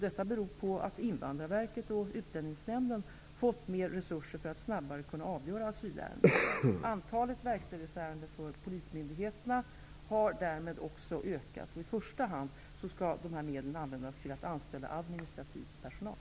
Detta beror på att Invandrarverket och Utlänningsnämnden fått mer resurser för att snabbare kunna avgöra asylärenden. Antalet verkställighetsärenden för polismyndigheterna har därmed också ökat. I första hand skall dessa medel användas till att anställa administrativ personal.